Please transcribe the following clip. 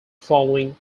following